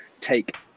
take